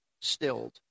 stilled